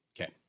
Okay